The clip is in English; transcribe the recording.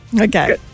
Okay